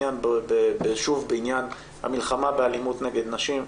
שוב בעניין המלחמה באלימות נגד נשים,